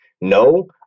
no